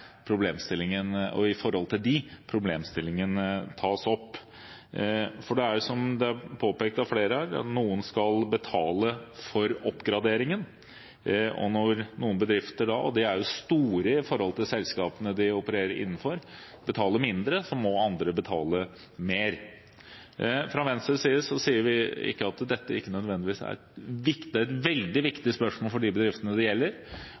som det er påpekt av flere her, noen som skal betale for oppgraderingen, og når noen bedrifter som er store i forhold til selskapene de opererer innenfor, betaler mindre, må andre betale mer. Fra Venstres side sier vi ikke at dette ikke er et veldig viktig spørsmål for de bedriftene det gjelder,